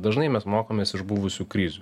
dažnai mes mokomės iš buvusių krizių